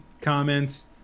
comments